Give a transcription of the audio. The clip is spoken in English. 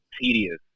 tedious